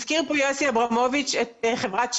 הזכיר כאן יוסי אברמוביץ' את חברת שברון.